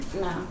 no